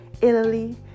Italy